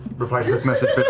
reply to this message, bitte.